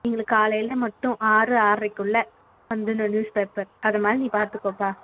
எங்களுக்கு காலையில் மட்டும் ஆறு ஆறரைக்குள் வந்துடணும் நியூஸ் பேப்பர் அது மாதிரி நீ பார்த்துக்கோப்பா